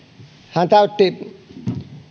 hän täytti